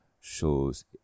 shows